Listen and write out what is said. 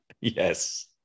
Yes